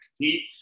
compete